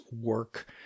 work